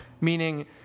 meaning